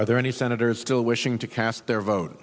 are there any senators still wishing to cast their vote